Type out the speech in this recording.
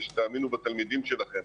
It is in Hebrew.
זה שתאמינו בתלמידים שלכם.